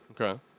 Okay